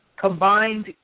combined